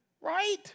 right